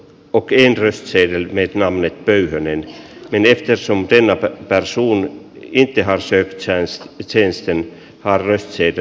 kokeen reservien etunamme pöyhönen niin että samteinä pesuun ja piha seitsemäns ja sen aarre julistetaan